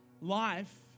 life